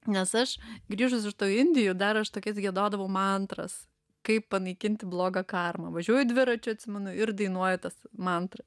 nes aš grįžus iš tų indijų dar aš tokias giedodavau mantras kaip panaikinti blogą karmą važiuoju dviračiu atsimenu ir dainuoju tas mantras